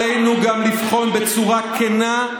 עלינו גם לבחון בצורה כנה,